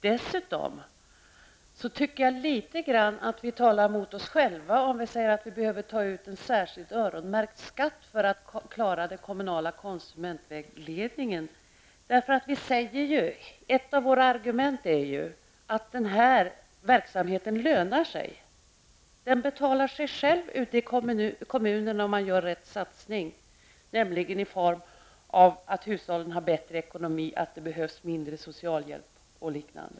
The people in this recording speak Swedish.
Dessutom tycker jag att vi litet grand talar emot oss själva om vi säger att vi behöver ta ut en särskild, öronmärkt skatt för att klara den kommunala konsumentvägledningen. Ett av våra argument är ju att den här verksamheten lönar sig. Den betalar sig själv ute i kommunerna om man gör rätt satsning. Hushållen får bättre ekonomi, och det behövs mindre socialhjälp.